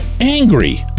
angry